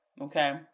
okay